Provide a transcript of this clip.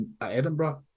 Edinburgh